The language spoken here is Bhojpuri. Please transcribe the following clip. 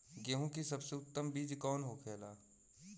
गेहूँ की सबसे उत्तम बीज कौन होखेला?